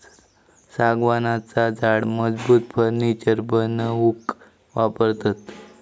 सागवानाचा झाड मजबूत फर्नीचर बनवूक वापरतत